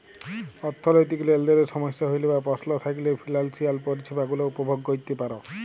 অথ্থলৈতিক লেলদেলে সমস্যা হ্যইলে বা পস্ল থ্যাইকলে ফিলালসিয়াল পরিছেবা গুলা উপভগ ক্যইরতে পার